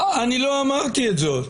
אני לא אמרתי את זה עוד.